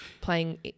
playing